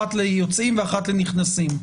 אחת ליוצאים ואחת לנכנסים.